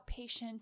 outpatient